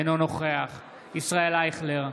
אינו נוכח ישראל אייכלר,